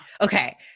okay